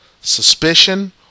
suspicion